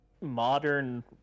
modern